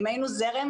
אם היינו זרם,